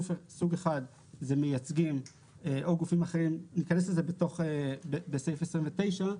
סוג אחד זה מייצגים או גופים אחרים ניכנס לזה בתוך סעיף 29,